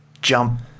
jump